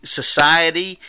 society